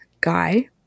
guy